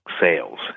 sales